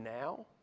now